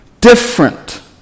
different